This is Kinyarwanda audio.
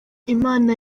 imana